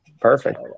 Perfect